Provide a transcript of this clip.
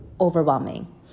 overwhelming